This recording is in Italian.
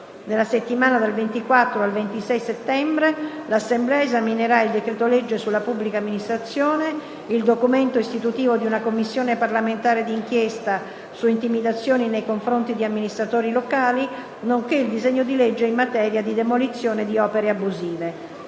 Nella settimana dal 24 al 26 settembre l'Assemblea esaminerà il decreto-legge sulla pubblica amministrazione, il Documento istitutivo di una Commissione parlamentare di inchiesta sul fenomeno delle intimidazioni nei confronti di amministratori locali, nonché il disegno di legge in materia di demolizione di opere abusive.